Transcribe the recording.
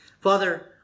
Father